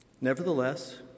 Nevertheless